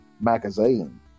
magazine